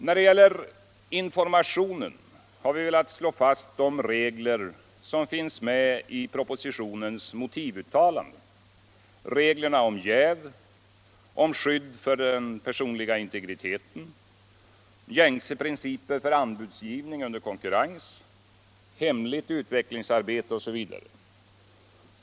När det gäller informationen har vi velat slå fast de regler som finns med i propositionens motivuttalanden, nämligen om jäv, skydd för den personliga integriteten, gängse principer för anbudsgivning under konkurrens, hemligt utvecklingsarbete osv.